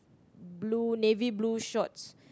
blue navy blue shorts